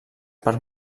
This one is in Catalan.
per